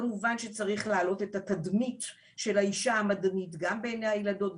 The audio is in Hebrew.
כמובן שצריך להעלות את התדמית של האישה המדענית גם בעיני הילדות,